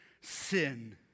sin